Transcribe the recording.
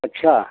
अच्छा